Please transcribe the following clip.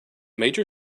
major